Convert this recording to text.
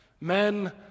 Men